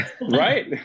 Right